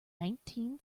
nineteen